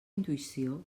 intuïció